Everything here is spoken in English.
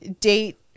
date